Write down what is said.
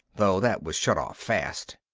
though that was shut off fast.